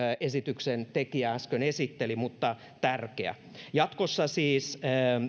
esityksen tekijä äsken esitteli mutta tärkeä jatkossa siis